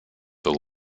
the